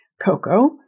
Coco